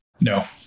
No